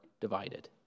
divided